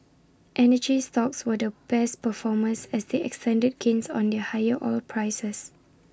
energy stocks were the best performers as they extended gains on their higher oil prices